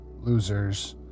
losers